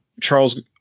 Charles